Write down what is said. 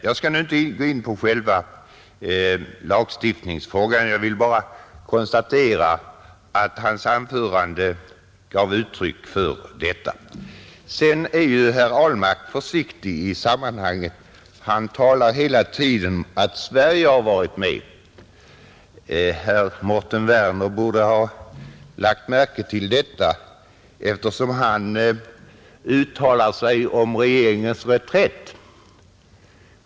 Jag skall här inte ingå på själva lagstiftningsfrågan utan konstaterar bara att herr Ahlmarks anförande gav det intryck som jag här har sagt. Sedan var herr Ahlmark försiktig och talade hela tiden om att ”Sverige har varit med”. Herr Mårten Werner borde ha lagt märke till detta, när han uttalade sig om regeringens reträtt.